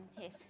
yes